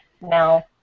now